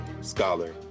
scholar